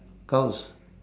cows